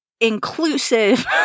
inclusive